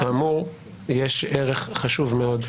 כאמור יש ערך חשוב מאוד.